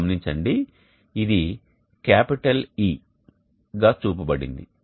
గమనించండి ఇది పెద్ద E అక్షరం గా చూపబడింది